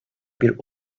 bir